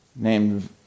named